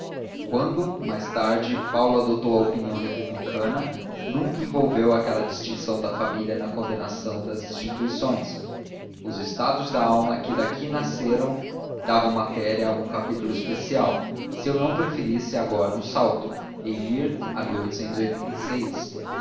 quando mais tarde paulo adotou a opinião republicana nunca envolveu aquela distinção da família na condenação das instituições os estados de alma que daqui nasceram davam matéria a um capítulo especial se eu não preferisse agora um salto e ir a